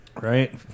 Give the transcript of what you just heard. right